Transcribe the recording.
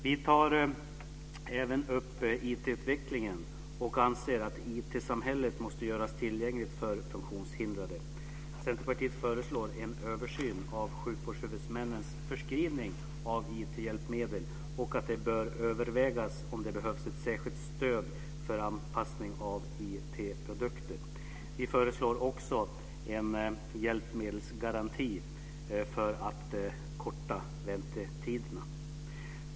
Vi tar även upp IT-utvecklingen och anser att IT samhället måste göras tillgängligt för funktionshindrade. Centerpartiet föreslår en översyn av sjukvårdshuvudmännens förskrivning av IT-hjälpmedel och att det bör övervägas om det behövs ett särskilt stöd för anpassning av IT-produkter. Vi föreslår också en hjälpmedelsgaranti för att korta väntetiderna.